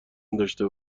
داشته